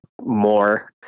more